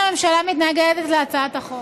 לכן, הממשלה מתנגדת להצעת החוק.